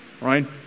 right